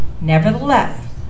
Nevertheless